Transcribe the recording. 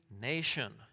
nation